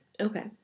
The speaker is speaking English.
Okay